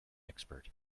expert